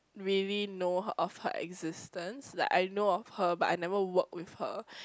maybe know her of her existence like I know of her but I never work with her